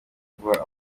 guha